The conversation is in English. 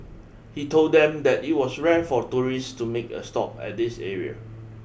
he told them that it was rare for tourists to make a stop at this area